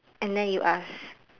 and then you ask